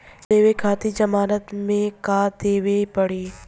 कर्जा लेवे खातिर जमानत मे का देवे के पड़ी?